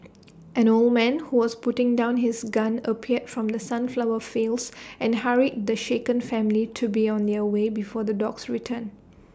an old man who was putting down his gun appeared from the sunflower fields and hurried the shaken family to be on their way before the dogs return